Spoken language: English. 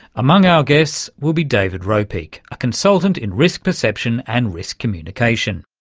among our guests will be david ropeik, a consultant in risk perception and risk communication.